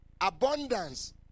Abundance